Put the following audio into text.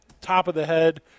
top-of-the-head